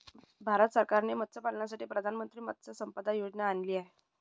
भारत सरकारने मत्स्यपालनासाठी प्रधानमंत्री मत्स्य संपदा योजना आणली आहे